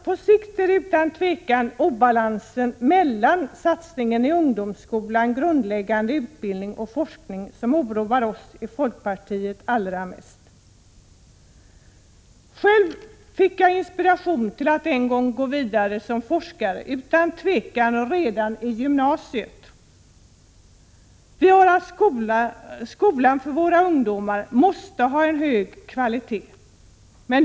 På sikt är det utan tvivel obalansen mellan satsningen på ungdomsskolan, grundläggande utbildning och forskning som oroar oss i folkpartiet allra mest. Själv fick jag inspiration till att gå vidare som forskare, utan tvivel redan i gymnasiet. Skolan måste ha en hög kvalitet.